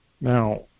Now